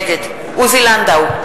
נגד עוזי לנדאו,